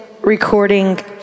recording